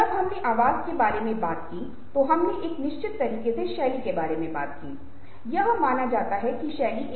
और आमतौर पर वास्तविक मुस्कुराहट की पहचान सिर्फ आंखों को देखकर की जा सकती है